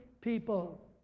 people